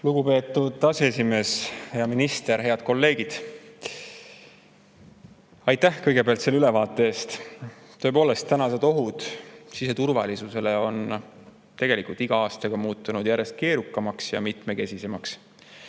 Lugupeetud aseesimees! Hea minister! Head kolleegid! Aitäh kõigepealt selle ülevaate eest! Tõepoolest, ohud siseturvalisusele on iga aastaga muutunud järjest keerukamaks ja mitmekesisemaks.